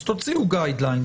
אז תוציאו קווים מנחים.